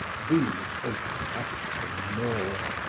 these oppressed him more.